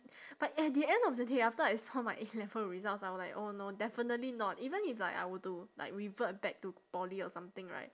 but at the end of the day after I saw my A-level results I was like oh no definitely not even if like I were to like revert back to poly or something right